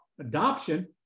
Adoption